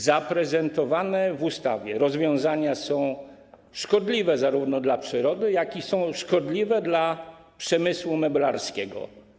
Zaprezentowane w ustawie rozwiązania są szkodliwe zarówno dla przyrody, jak i dla przemysłu meblarskiego.